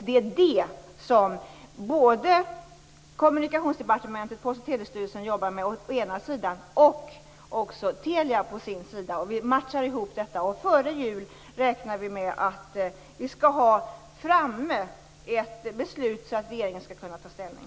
Det är det som å ena sidan Kommunikationsdepartementet och Post och telestyrelsen och å andra sidan Telia jobbar med. Vi matchar ihop detta. Vi räknar med att ha ett beslut framme före jul, så att regeringen skall kunna ta ställning.